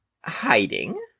hiding